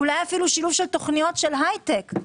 אולי אפילו שילוב התוכניות של הייטק.